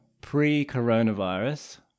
pre-coronavirus